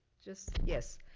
just yes.